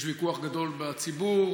יש ויכוח גדול בציבור,